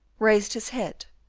raised his head,